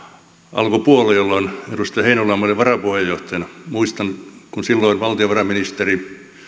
alkupuolella jolloin edustaja heinäluoma oli varapuheenjohtajana muistan kun silloin valtiovarainministeri